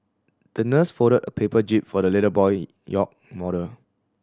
the nurse folded a paper jib for the little boy yacht model